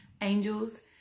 angels